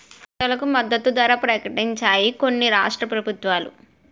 పంటలకు మద్దతు ధర ప్రకటించాయి కొన్ని రాష్ట్ర ప్రభుత్వాలు